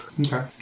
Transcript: Okay